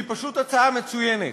היא פשוט הצעה מצוינת.